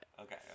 okay